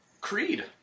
Creed